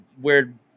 weird –